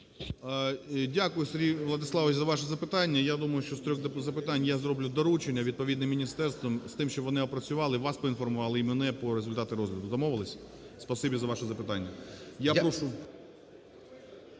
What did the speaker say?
Дякую, Сергій Владиславович, за ваше запитання. Я думаю, що з 3 запитань я зроблю доручення відповідне міністерствам з тим, щоб вони опрацювали, вас поінформували і мене про результати розгляду. Домовилися? Спасибі за ваше запитання.